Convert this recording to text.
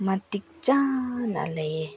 ꯃꯇꯤꯛ ꯆꯥꯅ ꯂꯩꯌꯦ